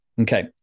Okay